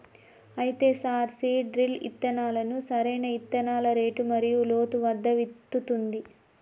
అయితే sir seed drill ఇత్తనాలను సరైన ఇత్తనాల రేటు మరియు లోతు వద్ద విత్తుతుంది